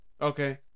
Okay